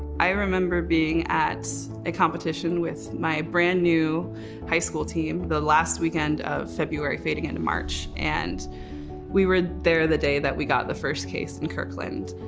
i remember being at a competition with my brand new high school team, the last weekend of february fading into march, and we were there the day that we got the first case in kirkland.